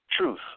Truth